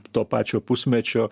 to pačio pusmečio